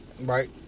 Right